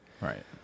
Right